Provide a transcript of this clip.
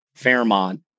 Fairmont